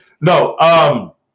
No